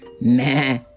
Meh